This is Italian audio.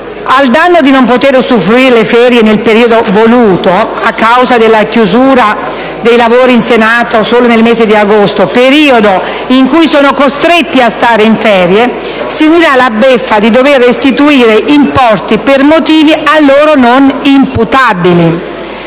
Al danno di non poter usufruire delle ferie nel periodo voluto, a causa della chiusura dei lavori del Senato solo nel mese di agosto, periodo in cui sono costretti a stare in ferie, si unirà la beffa di dover restituire importi per motivi non a loro imputabili.